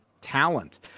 talent